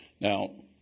Now